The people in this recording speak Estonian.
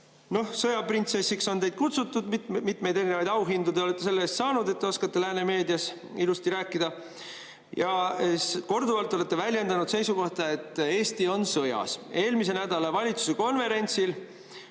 Sõjaprintsessiks on teid kutsutud, mitmeid auhindu te olete selle eest saanud, et te oskate lääne meedias ilusti rääkida. Ja korduvalt olete väljendanud seisukohta, et Eesti on sõjas. Eelmise nädala valitsuse konverentsil